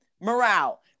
morale